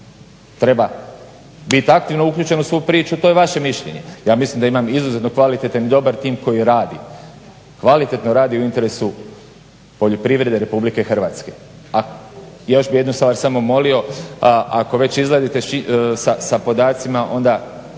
treba bit aktivno uključen u svu priču, to je vaše mišljenje. Ja mislim da imam izuzetno kvalitetan i dobar tim koji radi, kvalitetno radi u interesu poljoprivrede Republike Hrvatske. Još bih jednu stvar samo molio, ako već izlazite sa podacima onda